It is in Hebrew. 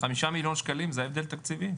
5,000,000 שקלים זה ההבדל התקציבי?